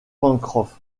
pencroff